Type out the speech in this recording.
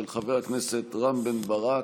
של חבר הכנסת רם בן ברק.